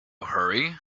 hurry